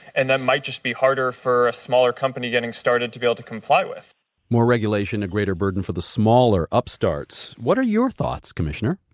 and that might just be harder for a smaller company getting started to be able to comply with more regulation, a greater burden for the smaller upstarts. what are your thoughts, commissioner?